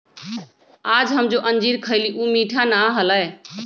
आज हम जो अंजीर खईली ऊ मीठा ना हलय